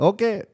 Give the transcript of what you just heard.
Okay